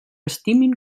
estimin